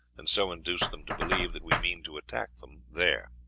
and so induce them to believe that we mean to attack them there.